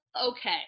okay